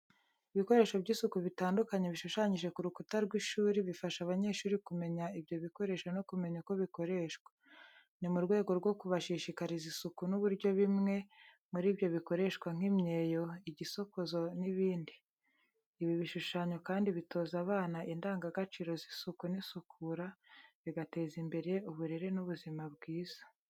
Ibikoresho by’isuku bitandukanye bishushanyije ku rukuta rw’ishuri bifasha abanyeshuri kumenya ibyo bikoresho no kumenya uko bikoreshwa. Ni mu rwego rwo kubashishikariza isuku n'uburyo bimwe muri byo bikoreshwa nk’imyeyo, igisokozo n’ibindi. Ibi bishushanyo kandi bitoza abana indangagaciro z’isuku n’isukura, bigateza imbere uburere n’ubuzima bwiza.